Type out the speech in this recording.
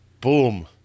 boom